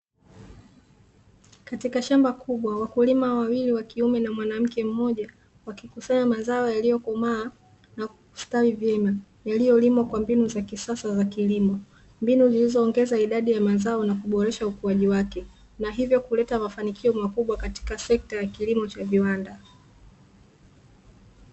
Katika shamba kubwa wakulima wawili wa kiume na mwanamke mmoja wakikusanya mazao yaliyokomaa na kustawi vyema yaliyolimwa kwa mbinu za kisasa za kilimo, mbinu zilizoongeza idadi ya mazao na kuboresha ukuaji wake na hivyo kuleta mafanikio makubwa katika sekta ya kilimo cha viwanda.